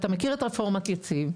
אתה מכיר את רפורמת יציב,